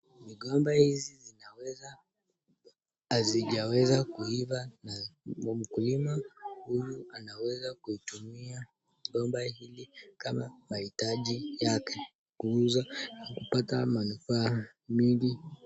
Migomba hizi hazijaweza kuiva na mkulima huyu anaweza kutumia migomba hizi kwa mahitaji yake, kuuza kupata manufaa mingi.